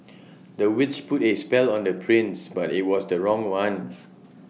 the witch put A spell on the prince but IT was the wrong one